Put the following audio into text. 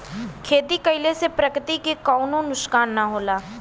खेती कइले से प्रकृति के कउनो नुकसान ना होला